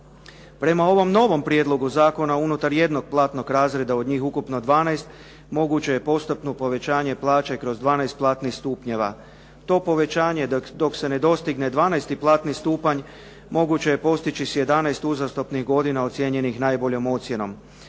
Prema ovom novom prijedlogu zakona unutar jednog platnog razreda od njih ukupno 12, moguće je postupno povećanje plaće kroz 12 platnih stupnjeva. To povećanje dok se ne dostigne 12 platni stupanj moguće je postići sa 11 uzastopnih godina ocjenjenih najboljom ocjenom.